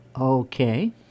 okay